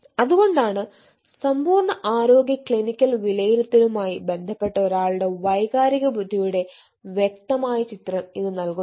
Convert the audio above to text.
അതുകൊണ്ടാണ് സമ്പൂർണ്ണ ആരോഗ്യ ക്ലിനിക്കൽ വിലയിരുത്തലുമായി ബന്ധപ്പെട്ട ഒരാളുടെ വൈകാരിക ബുദ്ധിയുടെ വ്യക്തമായ ചിത്രം ഇത് നൽകുന്നത്